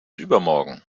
übermorgen